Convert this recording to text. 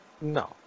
No